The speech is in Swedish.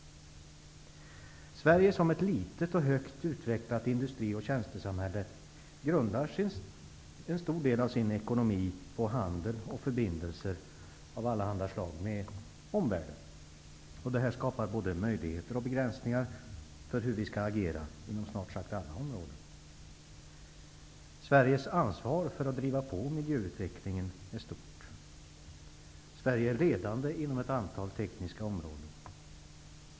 Sverige som ett litet och högt utvecklat industrioch tjänstesamhälle grundar en stor del av sin ekonomi på handel och förbindelser av allehanda slag med omvärlden. Detta skapar både möjligheter och begränsningar för hur vi skall agera inom snart sagt alla områden. Sveriges ansvar för att driva på miljöutvecklingen är stort. Sverige är ledande inom ett antal tekniska områden.